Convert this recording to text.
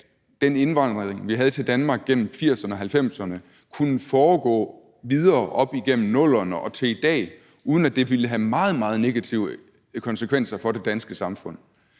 at den indvandring, vi havde til Danmark gennem 1980'erne og 1990'erne, kunne foregå videre op igennem 00'erne og til i dag, uden at den ville have meget, meget negative konsekvenser for det danske samfund,